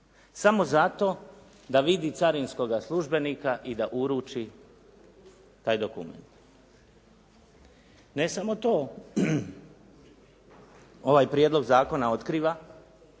samo zato da vidi carinskoga službenika i da uruči taj dokument. Ne samo to, ovaj prijedlog zakona otkriva